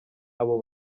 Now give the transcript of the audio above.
abo